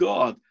God